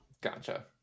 Gotcha